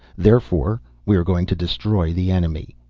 therefore we are going to destroy the enemy.